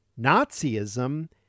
Nazism